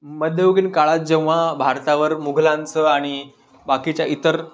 मध्ययुगीन काळात जेव्हा भारतावर मुघलांचं आणि बाकीच्या इतर